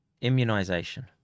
Immunization